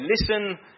listen